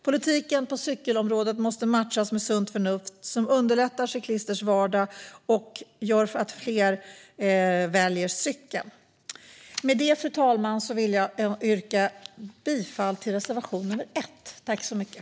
Politiken på cykelområdet måste matchas med sunt förnuft som underlättar cyklisters vardag och gör att fler väljer cykeln. Med det, fru talman, yrkar jag bifall till reservation nr 1.